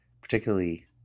particularly